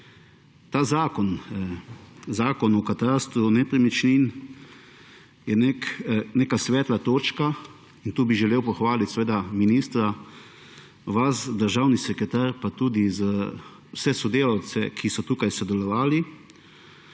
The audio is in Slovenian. Predlog zakona o katastru nepremičnin je neka svetla točka in tu bi želel seveda pohvaliti ministra, vas, državni sekretar, pa tudi vse sodelavce, ki so tukaj sodelovali.